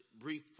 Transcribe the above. brief